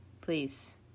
please